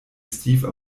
steve